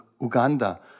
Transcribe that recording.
Uganda